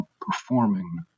performing